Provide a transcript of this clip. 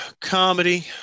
comedy